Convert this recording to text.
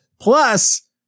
Plus